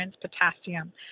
potassium